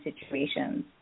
situations